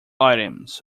items